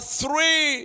three